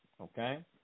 okay